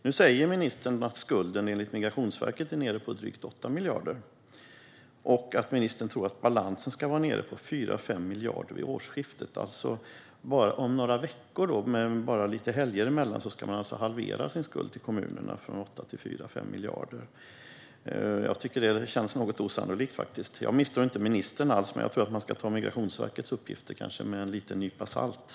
Nu säger ministern att skulden enligt Migrationsverket är nere på drygt 8 miljarder, och ministern tror att balansen ska vara nere på 4-5 miljarder vid årsskiftet. Om bara några veckor, med lite helger emellan, ska man alltså halvera sin skuld till kommunerna från 8 till 4-5 miljarder. Detta låter faktiskt något osannolikt. Jag misstror inte alls ministern, men jag tror att man kanske ska ta Migrationsverkets uppgifter med en liten nypa salt.